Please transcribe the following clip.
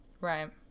Right